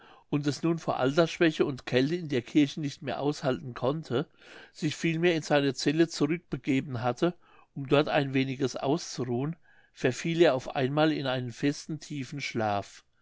und es nun vor altersschwachheit und kälte in der kirche nicht mehr aushalten konnte sich vielmehr in seine zelle zurückbegeben hatte um dort ein weniges auszuruhen verfiel er auf einmal in einen festen tiefen schlaf